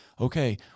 okay